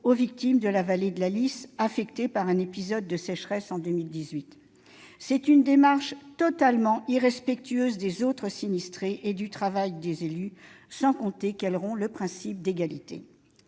aux victimes de la vallée de la Lys affectées par un épisode de sécheresse en 2018. C'est une démarche totalement irrespectueuse des autres sinistrés et du travail des élus, sans compter qu'elle rompt le principe d'égalité